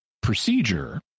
procedure